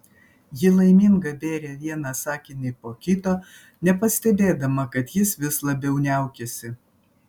ji laiminga bėrė vieną sakinį po kito nepastebėdama kad jis vis labiau niaukiasi